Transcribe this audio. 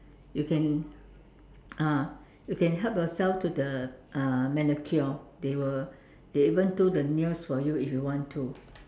you can ah you can help yourself to the uh manicure they will they even do the nails for you if you want to